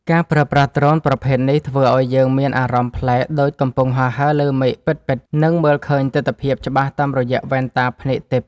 ការប្រើប្រាស់ដ្រូនប្រភេទនេះធ្វើឱ្យយើងមានអារម្មណ៍ប្លែកដូចកំពុងហោះហើរលើមេឃពិតៗ និង មើលឃើញទិដ្ឋភាពច្បាស់តាមរយៈវ៉ែនតាភ្នែកទិព្វ។